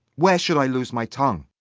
where should i lose my tongue?